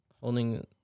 holding